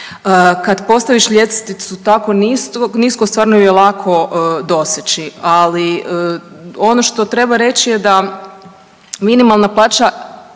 Kad postaviš ljestvicu tako nisko stvarno ju je lako doseći, ali ono što treba reći da minimalna plaća